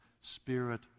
spirit